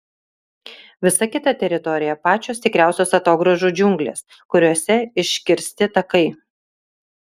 visa kita teritorija pačios tikriausios atogrąžų džiunglės kuriose iškirsti takai